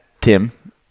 Tim